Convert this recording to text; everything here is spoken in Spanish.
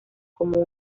como